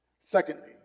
Secondly